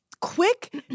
quick